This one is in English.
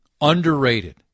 underrated